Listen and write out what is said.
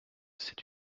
c’est